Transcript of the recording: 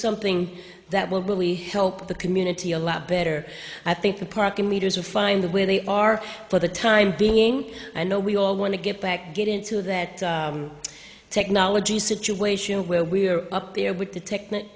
something that will really help the community a lot better i think the parking meters are find of where they are for the time being i know we all want to get back get into that technology situation where we are up there with the technical